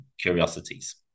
curiosities